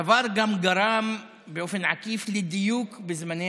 הדבר גם גרם באופן עקיף לדיוק בזמני